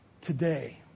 today